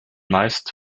meist